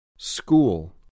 School